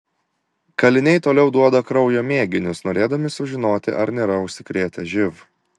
kaliniai toliau duoda kraujo mėginius norėdami sužinoti ar nėra užsikrėtę živ